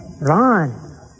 Ron